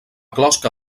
closca